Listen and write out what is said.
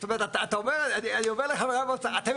זאת אומרת אתה אומר אני אומר לך --- לא